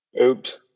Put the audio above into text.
Oops